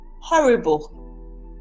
horrible